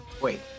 Wait